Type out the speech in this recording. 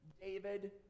David